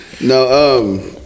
No